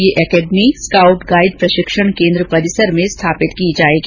ये academy scout guide प्रशिक्षण केन्द्र परिसर में स्थापित की जाएगी